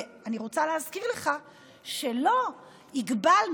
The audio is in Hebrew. ואני רוצה להזכיר לך שלא הגבלנו,